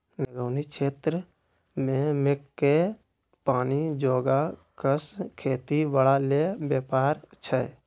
मेघोउनी क्षेत्र में मेघके पानी जोगा कऽ खेती बाड़ी लेल व्यव्हार छै